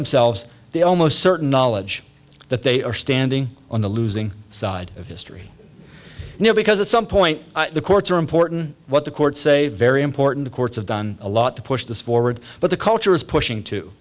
themselves they almost certain knowledge that they are standing on the losing side of history now because at some point the courts are important what the courts say very important courts have done a lot to push this forward but the culture is pushing to